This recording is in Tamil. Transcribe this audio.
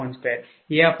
015369180